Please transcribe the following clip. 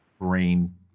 Brain